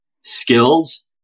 skills